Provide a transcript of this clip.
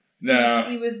No